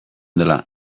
dela